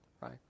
Right